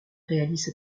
réalise